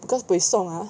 because buay song ah